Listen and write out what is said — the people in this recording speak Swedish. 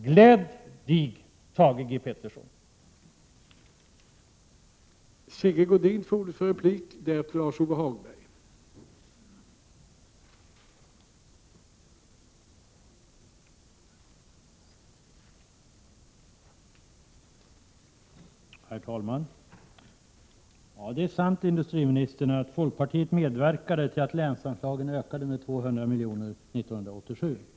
Därför bör Thage G Peterson glädja sig.